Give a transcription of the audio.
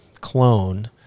clone